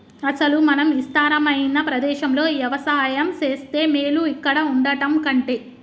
అసలు మనం ఇస్తారమైన ప్రదేశంలో యవసాయం సేస్తే మేలు ఇక్కడ వుండటం కంటె